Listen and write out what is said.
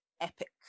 epic